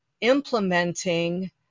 implementing